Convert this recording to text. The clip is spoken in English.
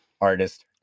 artist